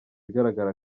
igaragara